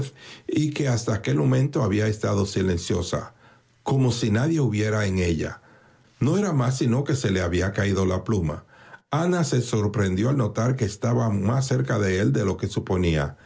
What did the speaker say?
y que hasta aquel momento había estado silenciosa como si nadie hubiera en ella no era más sino que se le había caído la pluma ana se sorprendió al notar que estaban más cerca de él de lo que suponía